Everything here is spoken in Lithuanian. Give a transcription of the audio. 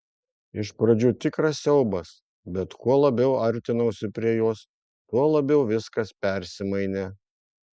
iš pradžių tikras siaubas bet kuo labiau artinausi prie jos tuo labiau viskas persimainė